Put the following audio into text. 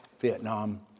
Vietnam